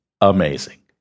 amazing